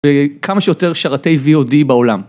בכמה שיותר שרתי VOD בעולם.